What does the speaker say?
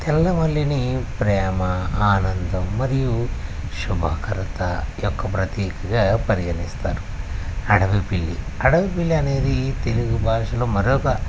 తెల్ల మల్లినీ ప్రేమ ఆనందం మరియు శుభకృత యొక్క ప్రతీతిగా పరిగణిస్తారు అడవి పిల్లి అడవి పిల్లి అనేది తెలుగు భాషలో మరొక